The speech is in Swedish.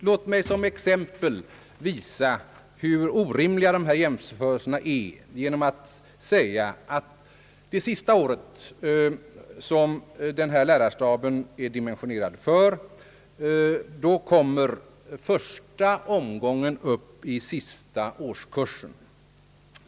Låt mig som exempel på hur orimliga de av organisationen gjorda jämförelserna är endast nämna, att det sista året, som lärarstaben är dimensionerad för, kommer första omgången elever upp i sista årskursen.